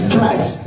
Christ